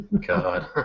God